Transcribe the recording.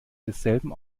desselben